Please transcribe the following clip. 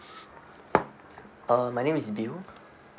uh my name is bill